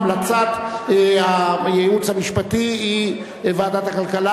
המלצת הייעוץ המשפטי היא לוועדת הכלכלה.